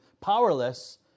powerless